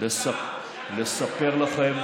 לספר לכם,